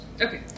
Okay